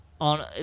on